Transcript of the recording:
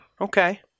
Okay